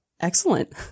excellent